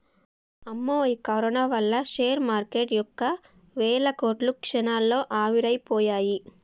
అమ్మో ఈ కరోనా వల్ల షేర్ మార్కెటు యొక్క వేల కోట్లు క్షణాల్లో ఆవిరైపోయాయి